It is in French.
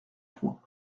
point